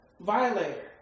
Violator